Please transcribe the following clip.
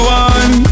one